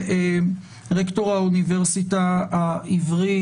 רקטור האוניברסיטה העברית,